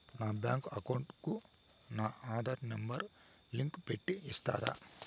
నా bank account కు నా ఆధార్ నెంబర్ లింకు పెట్టి ఇస్తారా?